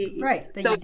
Right